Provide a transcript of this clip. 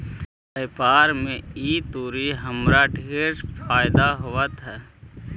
व्यापार में ई तुरी हमरा ढेर फयदा होइत हई